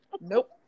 Nope